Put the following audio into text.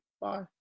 Bye